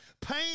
pain